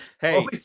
Hey